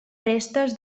restes